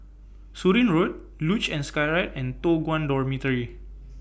Surin Road Luge and Skyride and Toh Guan Dormitory